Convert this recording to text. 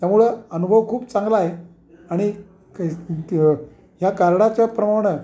त्यामुळं अनुभव खूप चांगलाय आणि त या्या कार्डाच्या प्रमाण